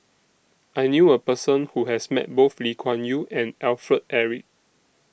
I knew A Person Who has Met Both Lee Kuan Yew and Alfred Eric